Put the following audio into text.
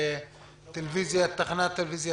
דרך הטלפון